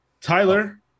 Tyler